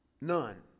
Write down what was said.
none